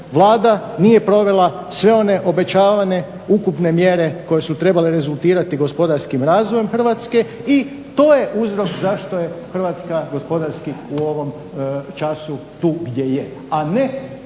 Vlada nije provela sve one obećavane ukupne mjere koje su trebale rezultirati gospodarskim razvojem Hrvatske i to je uzrok zašto je Hrvatska gospodarski u ovom času tu gdje je a ne